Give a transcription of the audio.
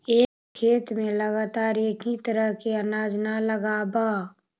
एक खेत में लगातार एक ही तरह के अनाज न लगावऽ